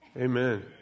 Amen